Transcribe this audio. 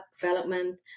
development